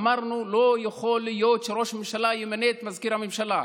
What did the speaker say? אמרנו: לא יכול להיות שראש ממשלה ימנה את מזכיר הממשלה,